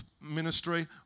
ministry